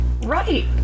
right